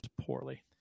poorly